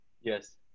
Yes